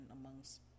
amongst